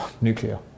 nuclear